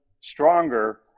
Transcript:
stronger